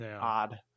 odd